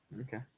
Okay